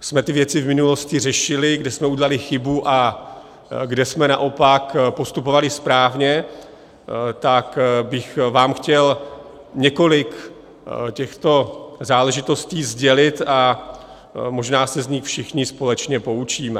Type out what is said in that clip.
jsme ty věci v minulosti řešili, kde jsme udělali chybu a kde jsme naopak postupovali správně, tak bych vám chtěl několik těchto záležitostí sdělit a možná se z nich všichni společně poučíme.